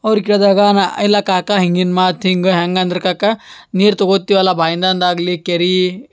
ಅವ್ರಿಗೆ ಕೇಳ್ದಾಗ ನಾ ಇಲ್ಲ ಕಾಕ ಹಿಂಗಿನ ಮಾತು ಹಿಂಗ ಹೆಂಗಂದ್ರೆ ಕಾಕ ನೀರು ತಗೊತೀವಲ್ಲ ಬಾವಿದಂದ ಆಗಲಿ ಕೆರೀ